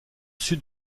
sud